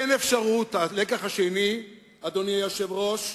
הלקח השני, אדוני היושב-ראש,